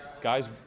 guys